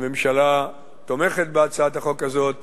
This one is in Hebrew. הממשלה תומכת בהצעת החוק הזאת,